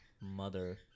mother